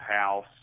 house